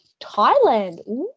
Thailand